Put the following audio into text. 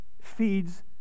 feeds